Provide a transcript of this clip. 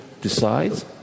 decides